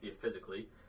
physically